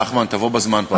נחמן, תבוא בזמן בפעם הבאה.